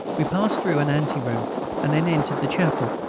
we passed through an anteroom, and then entered the chapel.